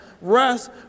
rest